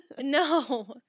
No